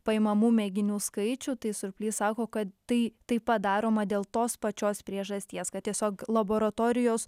paimamų mėginių skaičių tai surplys sako kad tai tai pat daroma dėl tos pačios priežasties kad tiesiog laboratorijos